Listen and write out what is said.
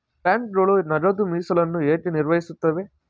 ಬ್ಯಾಂಕುಗಳು ನಗದು ಮೀಸಲನ್ನು ಏಕೆ ನಿರ್ವಹಿಸುತ್ತವೆ?